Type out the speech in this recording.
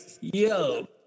yo